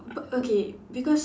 o~ okay because